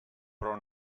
però